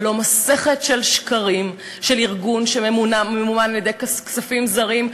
אבל לא מסכת של שקרים של ארגון שממומן על-ידי כספים זרים,